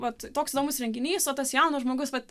vat toks įdomus renginys o tas jaunas žmogus vat